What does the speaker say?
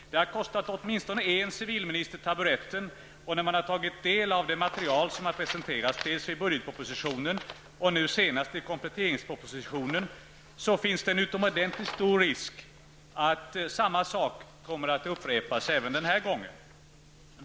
Det har kostat åtminstone en civilminister taburetten, och när man har tagit del av det material som har presenterats först i samband med budgetpropositionen och nu till kompletteringspropositionen, finns det en utomordentligt stor risk att samma sak kommer att upprepas även den här gången.